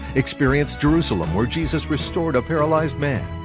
experience jerusalem where jesus restored a paralyzed man.